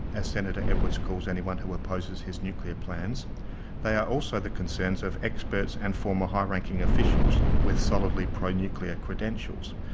as senator edwards calls anyone who opposes his nuclear plans they are also the concerns of experts and former high-ranking officials with solidly pro-nuclear credentials.